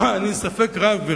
אני בספק רב,